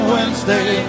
Wednesday